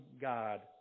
God